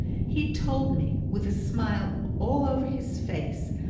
he told me, with a smile all over his face,